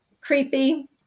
Creepy